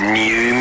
new